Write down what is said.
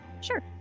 sure